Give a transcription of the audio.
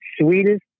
sweetest